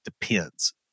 depends